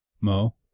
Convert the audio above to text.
Mo